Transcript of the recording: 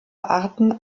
arten